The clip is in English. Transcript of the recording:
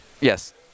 Yes